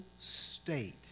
state